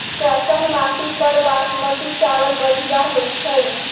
कैसन माटी पर बासमती चावल बढ़िया होई छई?